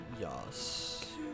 Yes